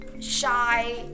shy